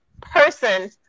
person